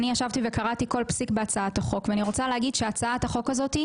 אני ישבתי וקראתי כל פסיק בהצעת החוק ואני רוצה להגיד שהצעת החוק הזאת,